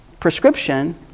Prescription